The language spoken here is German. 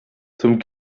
zum